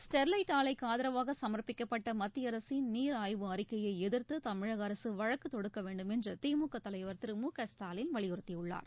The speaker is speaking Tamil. ஸ்டெர்லைட் ஆலைக்குஆதரவாக சமர்ப்பிக்கப்பட்டமத்தியஅரசின் நீர் ஆய்வு அறிக்கையைஎதிர்த்துதமிழகஅரசுவழக்குதொடுக்கவேண்டும் என்றுதிமுகதலைவர் திரு மு க ஸ்டாலின் வலியுறுத்தியுள்ளார்